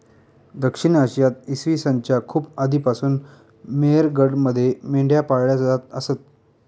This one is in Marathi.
दक्षिण आशियात इसवी सन च्या खूप आधीपासून मेहरगडमध्ये मेंढ्या पाळल्या जात असत